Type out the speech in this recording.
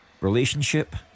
Relationship